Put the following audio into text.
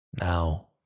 Now